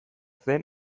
zen